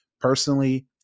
personally